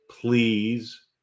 please